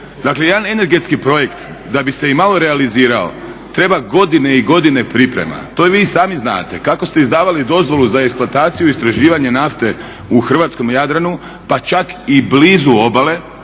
Dakle jedan energetski projekt da bi se i malo realizirao treba godine i godine priprema. To i vi sami znate. Kako ste izdavali dozvolu za eksploataciju i istraživanje nafte u Hrvatskome jadranu pa čak i blizu obale,